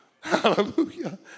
Hallelujah